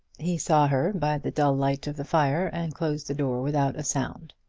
he saw her by the dull light of the fire, and closed the door without a sound.